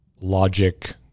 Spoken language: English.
Logic